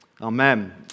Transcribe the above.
Amen